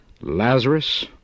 Lazarus